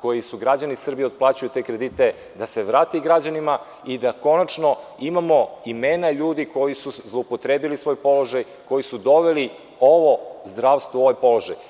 kojim su građani Srbije otplaćivali te kredite, da se vrati građanima i da konačno imamo imena ljudi koji su zloupotrebili svoj položaj, koji su doveli ovo zdravstvo u ovaj položaj.